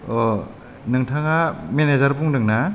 अ' नोंथाङा मेनाजार बुंदों ना